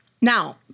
Now